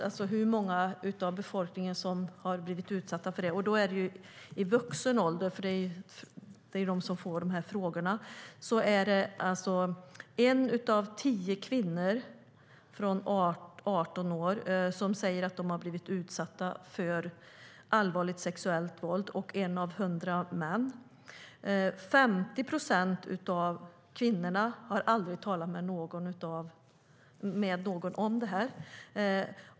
Bland annat gällde frågan om hur många i befolkningen som hade blivit utsatta för sexuellt våld. Det handlar då om vuxen ålder. En av tio kvinnor över 18 år säger att de har blivit utsatta för allvarligt sexuellt våld - och en av hundra män. 50 procent av kvinnorna har aldrig talat med någon om dessa frågor.